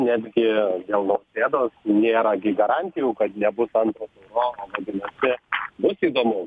netgi dėl nausėdos nėra gi garantijų kad nebus antro turo o vadinasi bus įdomu